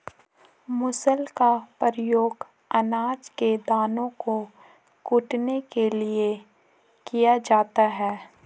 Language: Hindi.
मूसल का प्रयोग अनाज के दानों को कूटने के लिए किया जाता है